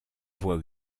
voie